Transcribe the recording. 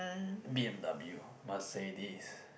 b_m_w Mercedes